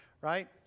right